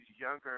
younger